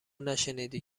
نشنیدی